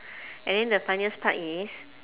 and then the funniest part is